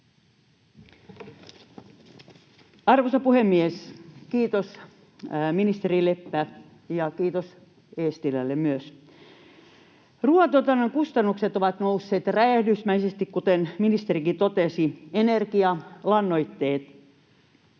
Arvoisa puhemies! Kiitos, ministeri Leppä, ja kiitos Eestilälle myös. Ruoantuotannon kustannukset ovat nousseet räjähdysmäisesti, kuten ministerikin totesi — energia, lannoitteet.